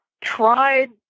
tried